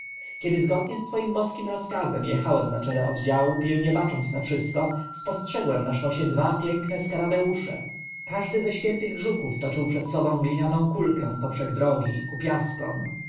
kiedy zgodnie z twoim boskim rozkazem jechałem na czele oddziału pilnie bacząc na wszystko spostrzegłem na szosie dwa piękne skarabeusze każdy ze świętych żuków toczył przed sobą glinianą kulkę wpoprzek drogi ku